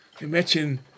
imagine